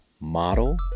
model